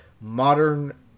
modern